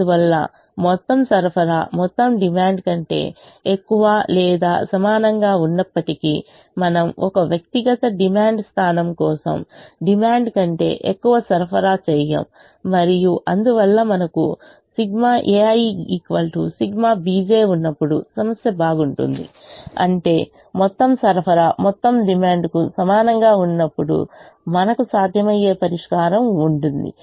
అందువల్ల మొత్తం సరఫరా మొత్తం డిమాండ్ కంటే ఎక్కువ లేదా సమానంగా ఉన్నప్పటికీ మనము ఒక వ్యక్తిగత డిమాండ్ పాయింట్ కోసం డిమాండ్ కంటే ఎక్కువ సరఫరా చేయము మరియు అందువల్ల మనకు ∑ ai ∑ bj ఉన్నప్పుడు సమస్య బాగుంటుంది అంటే మొత్తం సరఫరా మొత్తం డిమాండ్కు సమానంగా ఉన్నప్పుడు మనకు సాధ్యమయ్యే పరిష్కారం ఉంటుంది